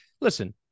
listen